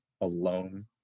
alone